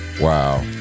Wow